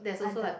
ah the